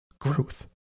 growth